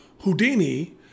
houdini